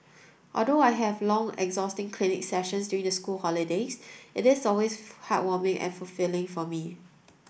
although I have long exhausting clinic sessions during the school holidays it is always heartwarming and fulfilling for me